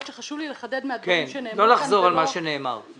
שחשוב לי לחדד אחרי הדברים שנאמרו כאן.